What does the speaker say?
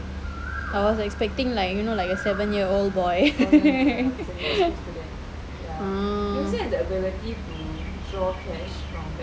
I was expecting like you know like a seven year old boy oh